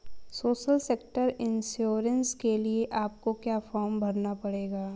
social sector insurance के लिए आपको एक फॉर्म भरना पड़ेगा